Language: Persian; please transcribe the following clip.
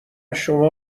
شما